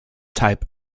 type